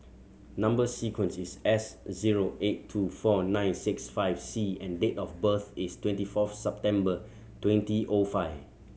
number sequence is S zero eight two four nine six five C and date of birth is twenty four September twenty O five